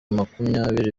makumyabiri